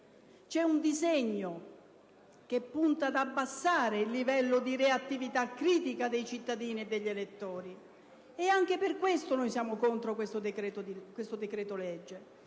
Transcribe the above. c'è un disegno che punta ad abbassare il livello di reattività critica dei cittadini e degli elettori. Anche per questo noi siamo contro questo decreto‑legge.